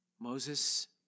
Moses